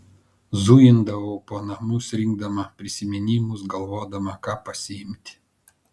zuidavau po namus rinkdama prisiminimus galvodama ką pasiimti